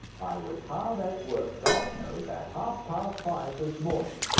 i was hard at work, god knows, at half-past five this morning.